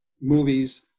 movies